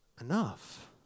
enough